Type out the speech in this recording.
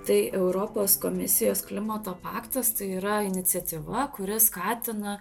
tai europos komisijos klimato paktas tai yra iniciatyva kuri skatina